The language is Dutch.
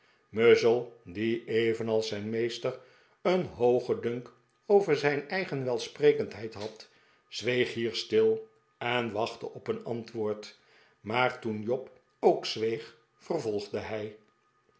muzzle die evenals zijn meester een hoogen dunk over zijn eigen welsprekendheid had zweeg hier stil en wachtte op een ant woord maar toen job ook zweeg vervolgde hij